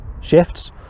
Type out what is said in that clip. shifts